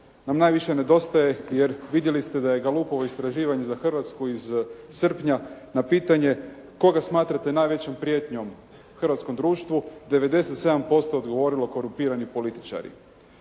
nam najviše nedostaje jer vidjeli ste da je Galupovo istraživanje za Hrvatsku iz srpnja na pitanje koga smatrate najvećom prijetnjom hrvatskom društvu, 97% je odgovorilo korumpirani političari.